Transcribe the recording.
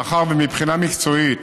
מבחינה מקצועית